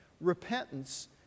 Repentance